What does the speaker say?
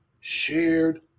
shared